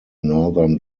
northern